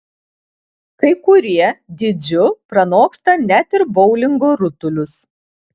kai kurie dydžiu pranoksta net ir boulingo rutulius